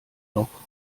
noch